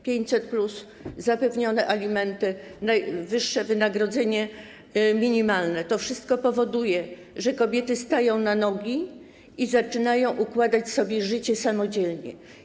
500+, zapewnione alimenty, wyższe wynagrodzenie minimalne - to wszystko powoduje, że kobiety stają na nogi i zaczynają układać sobie życie samodzielnie.